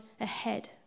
ahead